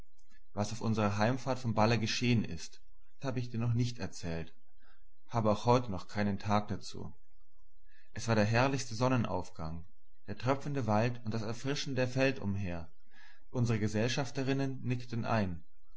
was auf unserer hereinfahrt vom balle geschehen ist habe ich noch nicht erzählt habe auch heute keinen tag dazu es war der herrlichste sonnenaufgang der tröpfelnde wald und das erfrischte feld umher unsere gesellschafterinnen nickten ein